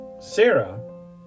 Sarah